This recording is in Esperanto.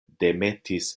demetis